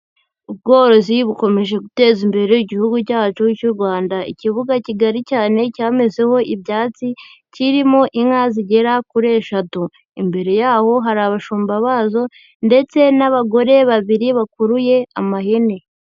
Ubworozi bukomeje guteza imbere igihugu cyacu cy'u Rwanda. Ikibuga kigari cyane cyamezeho ibyatsi, kirimo inka zigera kuri eshatu. Imbere yaho hari abashumba bazo, ndetse n'abagore babiri bakuruye amahene.